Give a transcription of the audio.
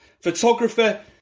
photographer